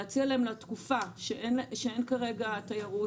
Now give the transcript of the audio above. להציע להם לתקופה שאין כרגע תיירות